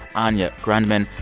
anya grundmann.